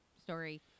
story